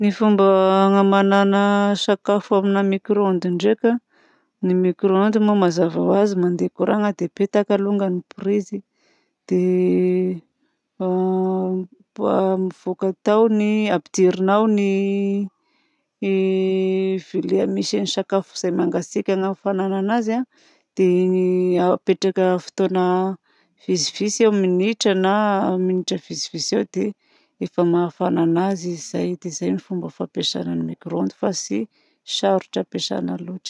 Ny fomba hamanana sakafo amina micro-ondes ndraika ny micro-ondes moa mazava ho azy mandeha courant dia apetaka alôngany ny prise dia mivoaka tao ny ampidirina ao ny vilia misy ny sakafo izay mangatsiaka hagnafàgnana anazy. Dia iny aapetraka fotoana vitsivitsy eo minitra na minitra vitsivitsy eo dia efa mahafàna anazy izay. Dia izay no fomba fampiasana ny micro-ondes fa tsy sarotra ampiasaina loatra.